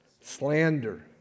slander